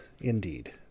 indeed